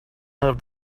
not